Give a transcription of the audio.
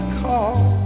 call